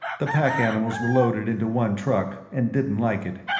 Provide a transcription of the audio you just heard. the pack animals were loaded into one truck and didn't like it.